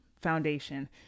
foundation